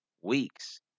weeks